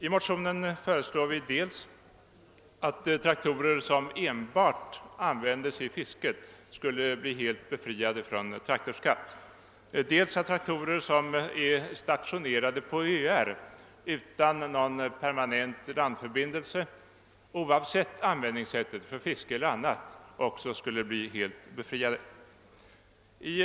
I motionen föreslår vi dels att traktorer som enbart används i fisket skulle bli helt befriade från traktorskatt, dels att traktorer som är stationerade på öar utan någon permanent landförbindelse oavsett användningssättet skulle bli helt befriade från skatt.